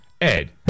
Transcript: Ed